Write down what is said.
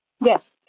Yes